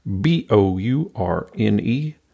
B-O-U-R-N-E